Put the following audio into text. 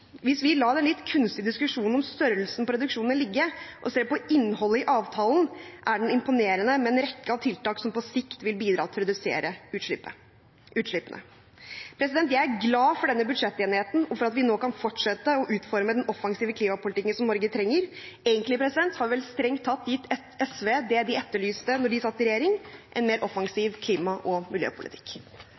Hvis vi lar den litt kunstige diskusjonen om størrelsen på reduksjonene ligge og ser på innholdet i avtalen, er den imponerende, med en rekke av tiltak som på sikt vil bidra til å redusere utslippene. Jeg er glad for denne budsjettenigheten og for at vi nå kan fortsette å utforme den offensive klimapolitikken som Norge trenger. Egentlig har vi vel strengt tatt gitt SV det de etterlyste da de satt i regjering: en mer offensiv klima- og miljøpolitikk.